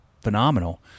phenomenal